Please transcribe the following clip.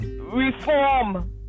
reform